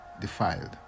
defiled